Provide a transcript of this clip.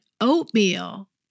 oatmeal